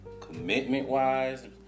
commitment-wise